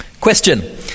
Question